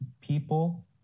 people